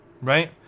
right